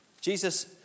Jesus